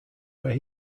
where